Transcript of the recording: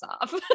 off